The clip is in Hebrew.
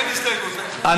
14,